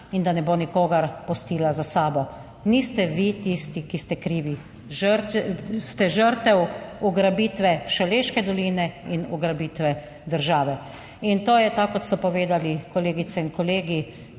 in da ne bo nikogar pustila za sabo. Niste vi tisti, ki ste krivi, ste žrtev ugrabitve Šaleške doline in ugrabitve države, in to je tako kot so povedali kolegice in kolegi,